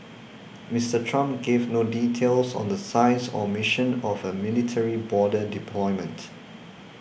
Mister Trump gave no details on the size or mission of a military border deployment